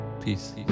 peace